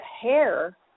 hair